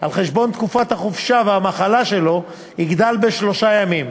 על חשבון תקופת החופשה והמחלה שלו יגדל בשלושה ימים,